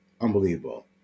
Unbelievable